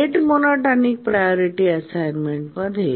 rate monotonic priority असाइनमेंटमध्ये